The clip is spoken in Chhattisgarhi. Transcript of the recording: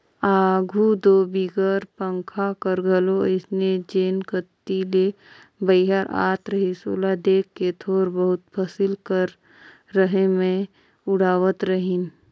आघु दो बिगर पंखा कर घलो अइसने जेन कती ले बईहर आत रहिस ओला देख के थोर बहुत फसिल कर रहें मे उड़वात रहिन